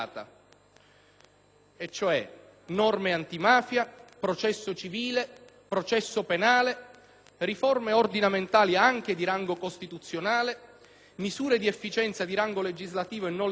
avviata: norme antimafia, processo civile, processo penale, riforme ordinamentali anche di rango costituzionale, misure di efficienza di rango legislativo e non legislativo,